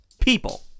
people